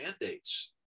mandates